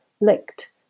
licked